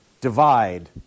Divide